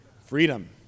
freedom